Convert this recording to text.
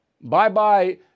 Bye-bye